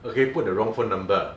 okay put the wrong phone number